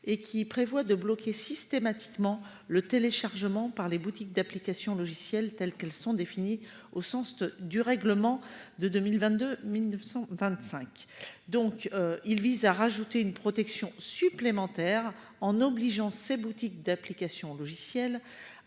et qui prévoit de bloquer systématiquement le téléchargement par les boutiques d'applications logicielles telles qu'elles sont définies au sens du règlement de 2022 1925 donc. Il vise à rajouter une protection supplémentaire en obligeant ses boutiques d'applications logicielles